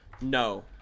no